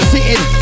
Sitting